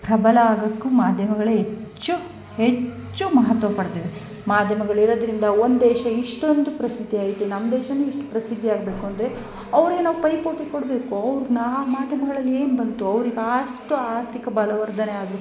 ಪ್ರಬಲ ಆಗೋಕ್ಕೂ ಮಾಧ್ಯಮಗಳೇ ಹೆಚ್ಚು ಹೆಚ್ಚು ಮಹತ್ವ ಪಡೆದಿದೆ ಮಾಧ್ಯಮಗಳಿರೋದ್ರಿಂದ ಒಂದು ದೇಶ ಇಷ್ಟೊಂದು ಪ್ರಸಿದ್ಧಿಯಾಗಿದೆ ನಮ್ಮ ದೇಶ ಇಷ್ಟು ಪ್ರಸಿದ್ಧಿ ಆಗಬೇಕು ಅಂದರೆ ಅವ್ರಿಗೆ ನಾವು ಪೈಪೋಟಿ ಕೊಡಬೇಕು ಅವರು ನಾ ಮಾಧ್ಯಮಗಳಲ್ ಏನು ಬಂತು ಅವ್ರಿಗೆ ಅಷ್ಟು ಆರ್ಥಿಕ ಬಲವರ್ಧನೆ ಆದರೂ